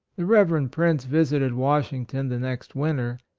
the reverend prince visited washington the next winter,